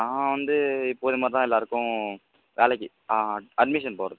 நான் வந்து இப்போது மாதிரி தான் எல்லோருக்கும் வேலைக்கு ஆ அட்மிஷன் போடுறது